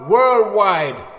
Worldwide